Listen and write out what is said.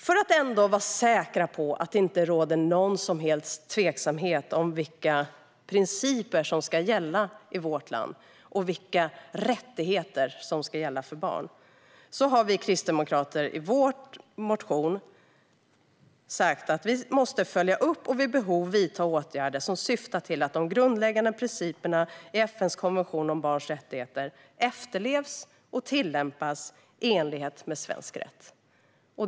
För att ändå vara säkra på att det inte råder någon som helst tvekan om vilka principer som ska gälla i vårt land och vilka rättigheter som ska gälla för barn säger vi kristdemokrater i vår motion att man måste följa upp och vid behov vidta åtgärder som syftar till att de grundläggande principerna i FN:s konvention om barns rättigheter efterlevs och tillämpas i enlighet med svensk rätt.